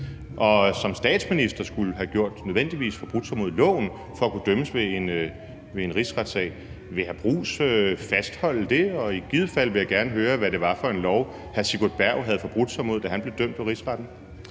man som statsministeren nødvendigvis skulle have forbrudt sig mod loven for at kunne dømmes ved en rigsretssag. Vil hr. Jeppe Bruus fastholde det? Og i givet fald vil jeg gerne høre, hvad det var for en lov, hr. Sigurd Berg havde forbrudt sig mod, da han blev dømt ved Rigsretten.